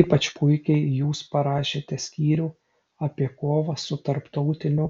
ypač puikiai jūs parašėte skyrių apie kovą su tarptautiniu